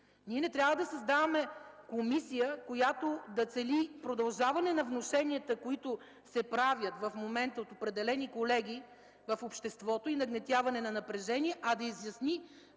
Ние не трябва да създаваме комисия, която да цели продължаване на внушенията, които се правят в момента от определени колеги в обществото и нагнетяване на напрежение, а да изясни